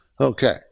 Okay